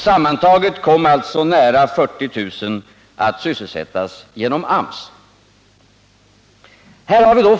Sammantaget kom alltså nära 40 000 att sysselsättas genom AMS.